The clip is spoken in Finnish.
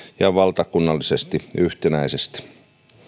ja valtakunnallisesti yhtenäisesti